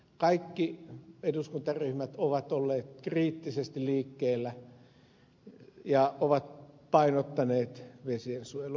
kaikki eduskuntaryhmät ovat olleet kriittisesti liikkeellä ja ovat painottaneet vesiensuojelua